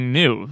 new